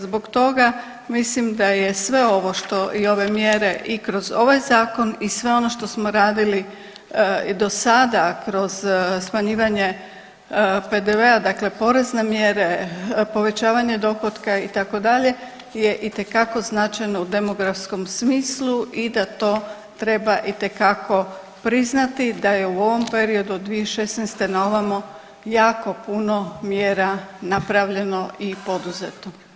Zbog toga mislim da je sve ovo što i ove mjere i kroz ovaj zakon i sve ono što smo radili do sada kroz smanjivanje PDV-a, dakle porezne mjere, povećavanje dohotka, itd. je itekako značajno u demografskom smislu i da to treba itekako priznati, da je u ovom periodu od 2016. naovamo jako puno mjera napravljeno i poduzeto.